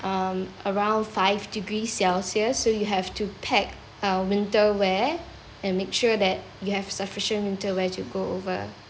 um around five degrees celsius so you have to pack uh winter wear and make sure that you have sufficient winter wear to go over